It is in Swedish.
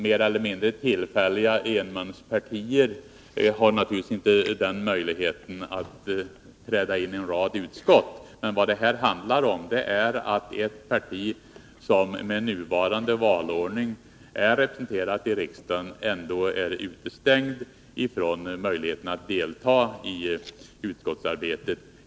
Mer eller mindre tillfälliga enmanspartier har naturligtvis inte möjlighet att träda in i en rad utskott. Vad det här handlar om är att ett parti som med nuvarande valordning är representerat i riksdagen ändå är utestängt från möjligheterna att delta i utskottsarbetet.